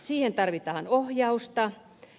siihen tarvitaan ohjausta